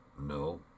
No